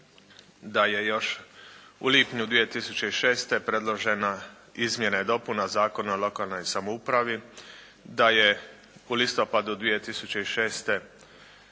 da je još u lipnju 2006. predložena izmjena i dopuna Zakona o lokalnoj samoupravi, da je u listopadu 2006.